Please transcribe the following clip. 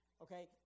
Okay